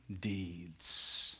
deeds